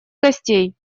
костей